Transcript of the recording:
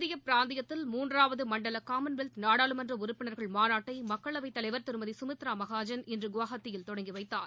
இந்திய பிராந்தியத்தில் மூன்றாவது மண்டல காமன்வெல்த் நாடாளுமன்ற உறுப்பினர்கள் மாநாட்டை மக்களவைத் தலைவர் திருமதி சுமித்ரா மகாஜன் இன்று குவஹாத்தியில் தொடங்கி வைத்தார்